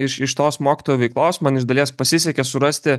iš iš tos mokytojo veiklos man iš dalies pasisekė surasti